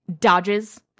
dodges